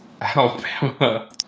Alabama